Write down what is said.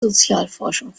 sozialforschung